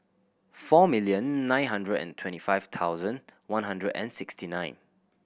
four million nine hundred and twenty five thousand one hundred and sixty nine